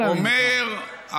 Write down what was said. אנא ממך.